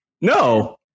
No